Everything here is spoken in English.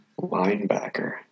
Linebacker